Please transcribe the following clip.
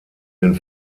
den